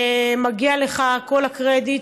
ומגיע לך כל הקרדיט.